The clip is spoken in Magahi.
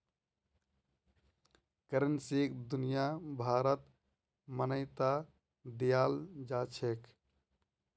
करेंसीक दुनियाभरत मान्यता दियाल जाछेक